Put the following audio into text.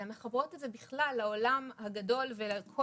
אלא מחברות את זה בכלל לעולם הגדול ולכל